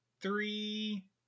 three